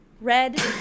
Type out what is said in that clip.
red